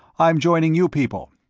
i'm joining you people.